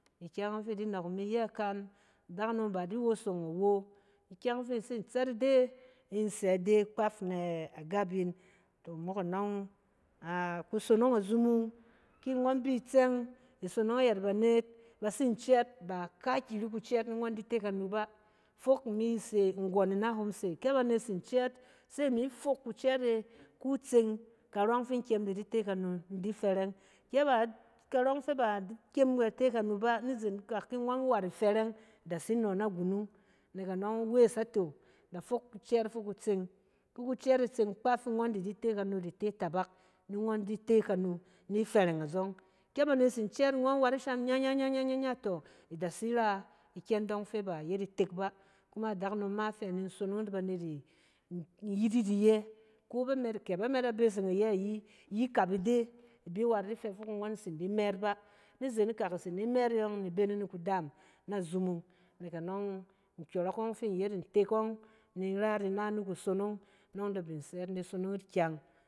Ikyɛng ↄng fi idi nↄk imi iyɛ kan, adakunom baa di wosong awo. Ikyɛng fi in tsin tsɛt ide, in sɛ ide kpaf nɛ agap in. tↄ mok anↄng, a-kusonong azumong ki ngↄn bi itsɛng, isonong ayɛt banet, bat sin cɛɛt, b aka akiri kucɛɛt ni ngↄn di te kana ba. Fok imi se, nggↄn nahom se kɛ banet tsin cɛɛt se imi fok kucɛɛt e ku tseng karↄng fin kyem da di te kanu in di fɛrɛng. Kɛ ba-karↄng fɛ ba-d-kyem in di te kanu ba nizen ikak ki ngↄn wat ifɛrɛng, de tsi nↄ na gunung. Nek anↄng wes ato da fok kucɛɛt fi ku tseng. Ki kucɛɛt e tseng kpaf ngↄn dadi te kanu di te tabak ni ngↄn di te kanu, ni fɛrɛng azↄng. Kɛ banet tsin cɛɛt ngↄn wat ishan nyɛ-nyɛ-nyɛ-nyɛ, tↄ ida tsira ikyɛng dↄng fɛ ba iyet itek ba kuma adakunom ma fɛ nin sonong yit banet i-in yit yit iyɛ, ko ba mɛt-kɛ ba mada beseng iyɛ ayi, yikap ide. Ibi wat ifɛ fok ngↄn tsin di mɛt ba, nizen ikak itsin di mɛt e yↄng ni ibenen kudaam na zumung. Nek anↄng, nkyↄrↄk ↄng fi in yet ntek ↄng ni in rat ina ni kusonong, nↄ ng da bin sɛt in di sonong yit kyang.